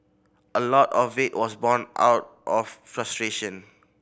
a lot of it was born out of frustration